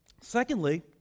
Secondly